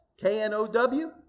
K-N-O-W